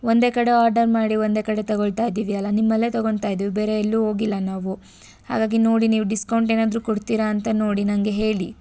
ಒಂದೇ ಕಡೆ ಆರ್ಡರ್ ಮಾಡಿ ಒಂದೇ ಕಡೆ ತಗೊಳ್ತಾ ಇದ್ದೀವಿ ಅಲ್ಲ ನಿಮ್ಮಲ್ಲೇ ತಗೋತ ಇದ್ದೀವಿ ಬೇರೆ ಎಲ್ಲೂ ಹೋಗಿಲ್ಲ ನಾವು ಹಾಗಾಗಿ ನೋಡಿ ನೀವು ಡಿಸ್ಕೌಂಟ್ ಏನಾದ್ರೂ ಕೊಡ್ತೀರಾ ಅಂತ ನೋಡಿ ನನಗೆ ಹೇಳಿ